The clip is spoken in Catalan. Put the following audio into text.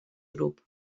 grup